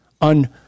on